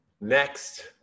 Next